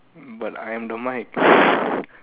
but I'm the mic